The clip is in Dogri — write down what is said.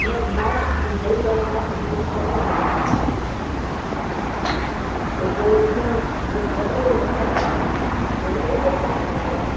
उ'न्नै मैह्नत कीती बड़ी जादा मैह्नत कीती ते ताहियें इ'न्नी दूर पुज्जे दा ओह् ते गल्ल करचै कैटर इक होर बी कैटर हा ते ओह्दे कोल कक्ख बी निं ऐहा